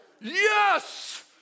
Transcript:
Yes